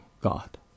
God